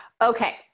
Okay